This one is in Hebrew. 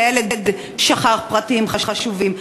כי הילד שכח פרטים חשובים.